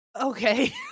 Okay